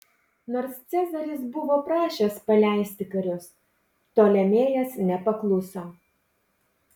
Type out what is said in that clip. nors cezaris buvo prašęs paleisti karius ptolemėjas nepakluso